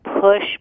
push